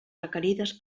requerides